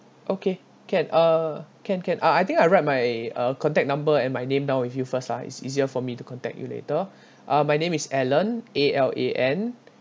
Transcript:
okay can uh can can ah I think I write my uh contact number and my name down with you first lah it's easier for me to contact you later uh my name is alan A_L_A_N